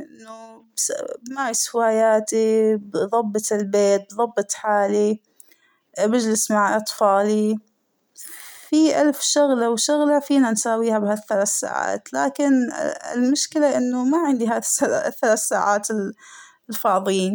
إنه بس- بمارس هواياتى بظبط البيت بظبط حالى بجلس مع أطفالى ، فى ألف شغلة وشغلة فينا نساويها بهاى الثلث ساعات ، لكن المشكلة إنه ما عندى هادا الثلاث ساعات ال - الفاضيين.